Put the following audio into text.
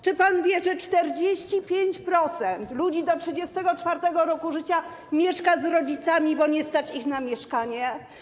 Czy pan wie, że 45% ludzi do 34. roku życia mieszka z rodzicami, bo nie stać ich na mieszkanie?